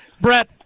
Brett